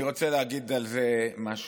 אני רוצה להגיד על זה משהו.